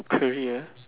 career